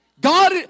God